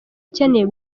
ikeneye